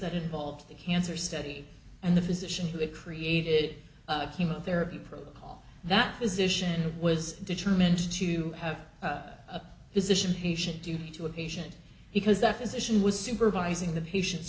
that involved the cancer study and the physician who had created a chemotherapy protocol that physician was determined to have a physician patient do to a patient because that physician was supervising the patient